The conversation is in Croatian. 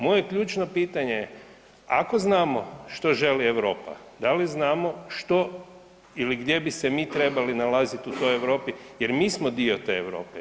Moje ključno pitanje je, ako znamo što želi Europa da li znamo što ili gdje bi se mi trebali nalaziti u toj Europi jer mi smo dio te Europe?